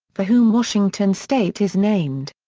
for whom washington state is named.